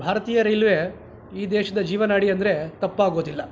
ಭಾರತೀಯ ರೈಲ್ವೆ ಈ ದೇಶದ ಜೀವನಾಡಿ ಅಂದರೆ ತಪ್ಪಾಗೋದಿಲ್ಲ